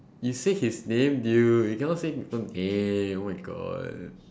you said his name dude you cannot say people name oh my god